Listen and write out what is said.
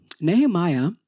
Nehemiah